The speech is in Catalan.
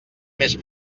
més